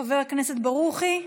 חבר הכנסת ברוכי?